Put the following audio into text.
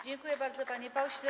Dziękuję bardzo, panie pośle.